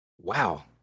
wow